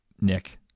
Nick